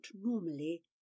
normally